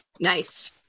nice